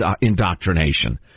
indoctrination